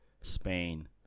Spain